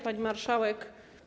Pani Marszałek!